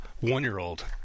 one-year-old